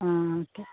ആ ഓക്കേ